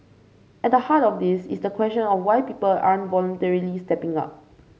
at the heart of this is the question of why people aren't voluntarily stepping up